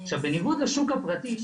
בניגוד לשוק הפרטי,